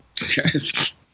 Yes